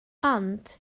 ond